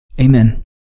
Amen